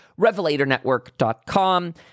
revelatornetwork.com